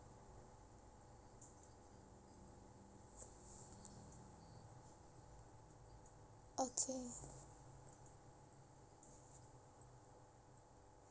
okay